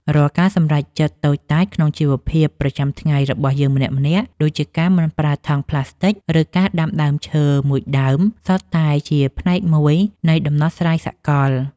រាល់ការសម្រេចចិត្តតូចតាចក្នុងជីវភាពប្រចាំថ្ងៃរបស់យើងម្នាក់ៗ ដូចជាការមិនប្រើថង់ប្លាស្ទិក ឬការដាំដើមឈើមួយដើម សុទ្ធតែជាផ្នែកមួយនៃដំណោះស្រាយសកល។